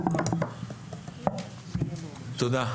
תודה.